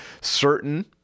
certain